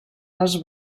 les